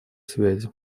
связи